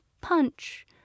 punch